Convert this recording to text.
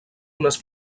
unes